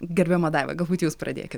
gerbiama daiva galbūt jūs pradėkit